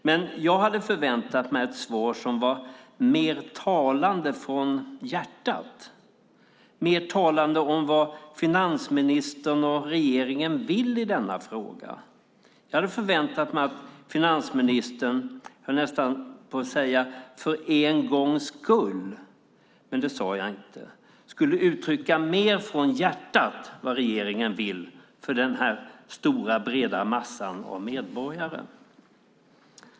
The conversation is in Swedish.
Men jag hade väntat mig ett svar som var mer talande från hjärtat och sade mer om vad finansministern och regeringen vill i denna fråga. Jag hade nästan väntat mig att finansministern - för en gångs skull, höll jag på att säga - skulle uttrycka mer från hjärtat vad regeringen vill för denna stora breda massa av medborgare.